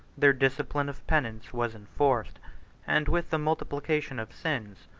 their discipline of penance was enforced and with the multiplication of sins,